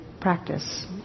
practice